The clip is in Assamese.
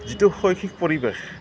যিটো শৈক্ষিক পৰিৱেশ